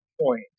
point